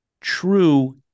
true